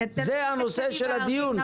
זה הנושא של הדיון,